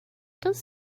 does